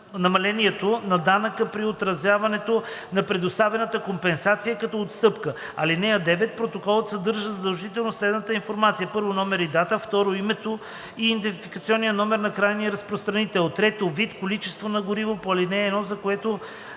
на данъка при отразяването на предоставената компенсация като отстъпка. (9) Протоколът съдържа задължително следната информация: 1. номер и дата; 2. името и идентификационния номер на крайния разпространител; 3. вид, количество на горивото по ал. 1, за което